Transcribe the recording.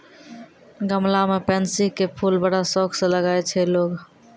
गमला मॅ पैन्सी के फूल बड़ा शौक स लगाय छै लोगॅ